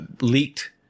leaked